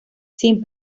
sin